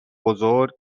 بزرگ